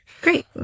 great